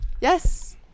Yes